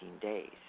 days